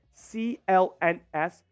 CLNS